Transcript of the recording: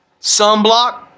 Sunblock